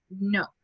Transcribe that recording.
No